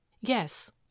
Yes